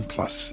Plus